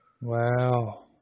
Wow